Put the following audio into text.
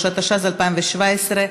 התשע"ז 2017,